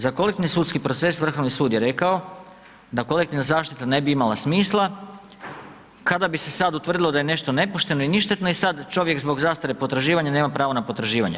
Za kolektivni sudski proces Vrhovni sud je rekao, da kolektivna zaštita ne bi imala smisla, kada bi se sad utvrdilo da je nešto nepošteno i ništetno i sada čovjek zbog zastare potraživanja, nema pravo na potraživanje.